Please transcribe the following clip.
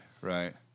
Right